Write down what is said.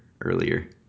earlier